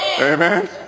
Amen